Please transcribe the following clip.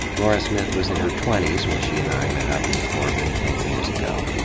lora smith was in her twenties when she and i met up in corbin ten years ago.